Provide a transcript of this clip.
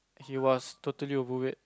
he was totally overweight